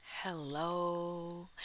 Hello